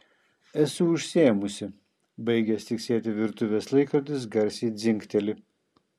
esu užsiėmusi baigęs tiksėti virtuvės laikrodis garsiai dzingteli